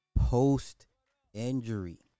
post-injury